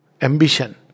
Ambition